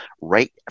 right